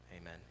amen